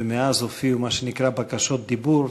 מאז הופיעו מה שנקרא "בקשות דיבור",